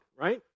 right